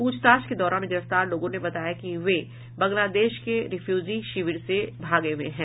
प्रछताछ के दौरान गिरफ्तार लोगों ने बताया कि वे बांग्लादेश के रिफ्यूजी शिविर से भागे हुए हैं